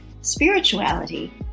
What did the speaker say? spirituality